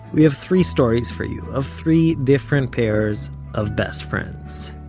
we have three stories for you, of three different pairs of best friends